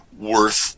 worth